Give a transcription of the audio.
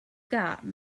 got